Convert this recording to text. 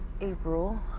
April